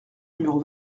numéro